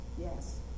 Yes